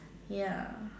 ya